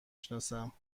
سناسم